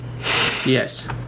Yes